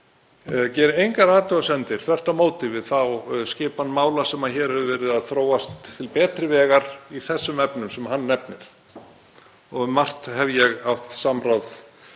ég geri engar athugasemdir, þvert á móti, við þá skipan mála sem hér hefur verið að þróast til betri vegar í þessum efnum sem hann nefnir. Um margt hef ég átt samráð